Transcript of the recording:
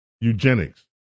eugenics